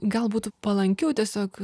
gal būtų palankiau tiesiog